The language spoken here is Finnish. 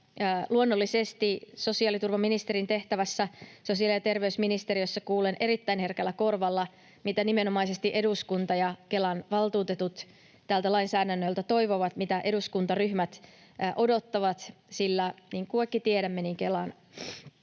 luonnollisesti sosiaaliturvaministerin tehtävässä sosiaali- ja terveysministeriössä kuulen erittäin herkällä korvalla, mitä nimenomaisesti eduskunta ja Kelan valtuutetut tältä lainsäädännöltä toivovat ja mitä eduskuntaryhmät odottavat, sillä, niin kuin kaikki tiedämme, Kela on